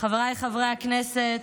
חבריי חברי הכנסת,